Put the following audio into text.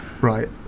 Right